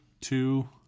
Two